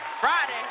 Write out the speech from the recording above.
Friday